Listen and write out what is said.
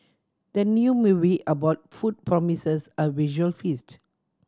the new movie about food promises a visual feast